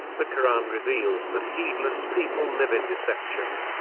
the koran reveals that heedless people live in deception.